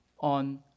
on